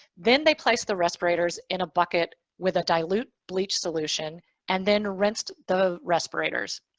then they placed the respirators in a bucket with a dilute bleach solution and then rinsed the respirators.